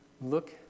look